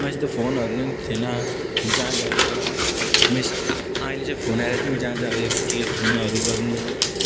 यस्तो फोनहरू नि थिएन जहाँ जाऊ यो मेस् आ अहिले चाहिँ फोन आएर चाहिँ जहाँ जाऊ यो के फोनहरू गर्नु